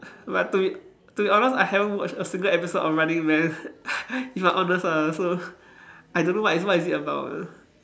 but to be to be honest I haven't watch a single episode of running man if I'm honest ah so I don't know what is it what is it about